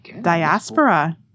diaspora